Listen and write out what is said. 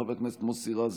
חבר הכנסת מוסי רז,